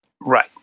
Right